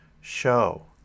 Show